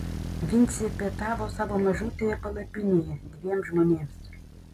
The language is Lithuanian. vincė pietavo savo mažutėje palapinėje dviem žmonėms